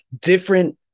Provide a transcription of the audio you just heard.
different